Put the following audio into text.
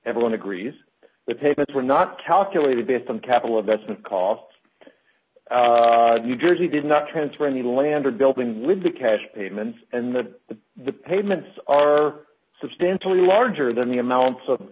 everyone agrees the payments were not calculated based on capital investment costs new jersey did not transfer any land or building with the cash payments and the the payments are substantially larger than the amount